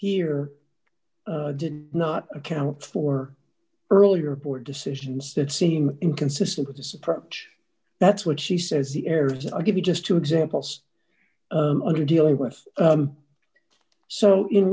here did not account for earlier board decisions that seem inconsistent with this approach that's what she says the errors i'll give you just two examples under dealing with so in